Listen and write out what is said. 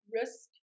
risk